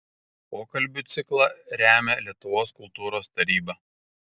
pokalbių ciklą remia lietuvos kultūros taryba